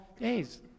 days